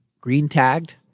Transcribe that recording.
green-tagged